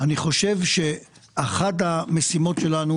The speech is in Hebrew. אני חושב שאחת המשימות שלנו,